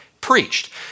preached